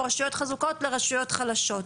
או רשויות חזקות לרשויות חלשות.